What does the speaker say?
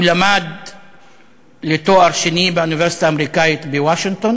הוא למד לתואר שני באוניברסיטה האמריקנית בוושינגטון